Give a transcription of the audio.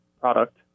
product